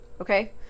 Okay